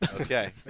Okay